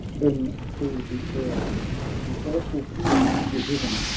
then thro' the air the awful peals were driven.